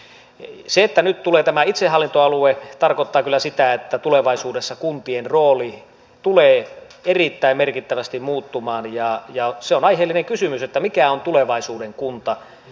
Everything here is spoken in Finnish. se että nyt tulee tämä itsehallintoalue tarkoittaa kyllä sitä että tulevaisuudessa kuntien rooli tulee erittäin merkittävästi muuttumaan ja se on aiheellinen kysymys mikä on tulevaisuuden kunta